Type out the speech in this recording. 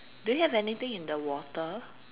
do you have anything in the water